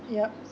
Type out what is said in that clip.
yup